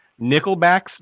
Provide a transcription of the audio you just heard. Nickelback's